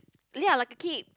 ya like a kid